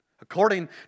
According